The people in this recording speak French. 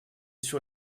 sur